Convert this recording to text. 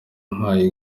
umpaye